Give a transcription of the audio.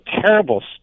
terrible